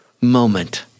moment